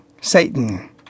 Satan